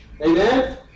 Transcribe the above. Amen